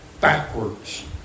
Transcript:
backwards